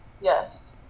yes